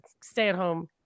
stay-at-home